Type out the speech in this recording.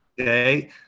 Okay